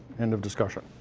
end of discussion.